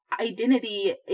identity